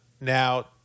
Now